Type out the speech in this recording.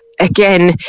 again